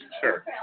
Sure